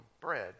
bread